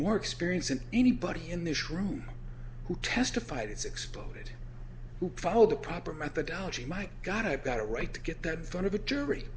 more experience than anybody in this room who testified it's exploded follow the proper methodology my god i've got a right to get that done of a jury